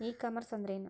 E commerce ಅಂದ್ರೇನು?